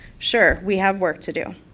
sure, we have work to do,